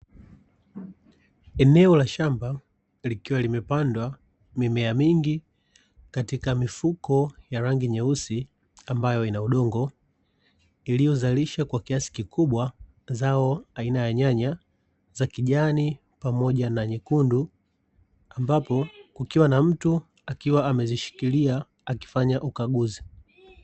Eneo la shamba likiwa limepandwa mimea mingi katika mifuko ya rangi nyeusi, ambayo ina udongo iliyozalisha kwa kiasi kikubwa zao aina ya nyanya za kijani pamoja na nyekundu, ambapo kukiwa na mtu akiwa amezishikilia akifanya ukaguzi.